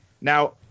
Now